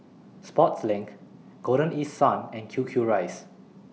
Sportslink Golden East Sun and Q Q Rice